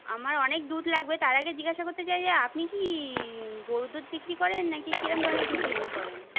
আমার অনেক দুধ লাগবে তার আগে জিজ্ঞাসা করতে চাই যে আপনি কি গরুর দুধ বিক্রি করেন নাকি কিরম ধরনের দুধ বিক্রি করেন